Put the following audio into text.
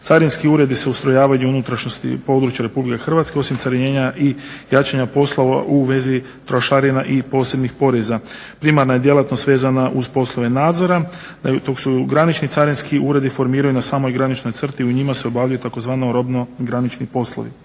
Carinski uredi se ustrojavaju u unutrašnjosti područja RH osim carinjenja i jačanja poslova u vezi trošarina i posebnih poreza. Primarna je djelatnost vezana uz poslove nadzora, dok se granični carinski uredi formiraju na samog graničnoj crti i u njima se obavljaju tzv. robno granični poslovi.